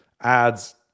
ads